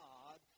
God